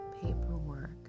paperwork